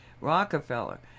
Rockefeller